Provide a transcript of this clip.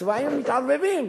והצבעים מתערבבים.